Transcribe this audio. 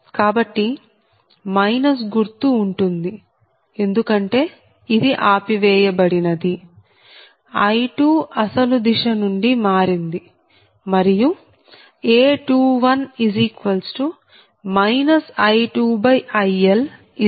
కాబట్టి మైనస్ గుర్తు ఉంటుంది ఎందుకంటే ఇది ఆపివేయబడినది I2 అసలు దిశ నుండి మారింది మరియు A21 I2IL 2 j0